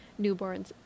newborns